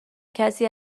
کسی